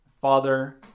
Father